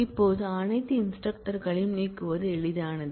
இப்போது அனைத்து இன்ஸ்டிரக்டர்களையும் நீக்குவது எளிதானது